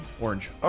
Orange